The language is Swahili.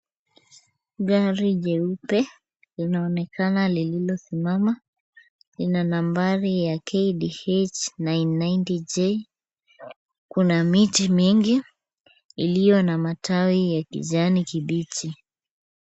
Gari jeupe linaonekana lililosimama. Lina nambari ya KDH 990J. Kuna miti mingi iliyo na matawi ya kijani kibichi.